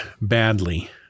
badly